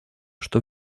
что